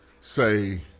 say